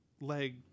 leg